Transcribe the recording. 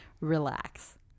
relax